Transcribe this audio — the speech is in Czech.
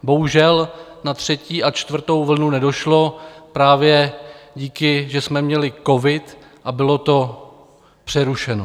Bohužel na třetí a čtvrtou vlnu nedošlo právě díky, že jsme měli covid a bylo to přerušeno.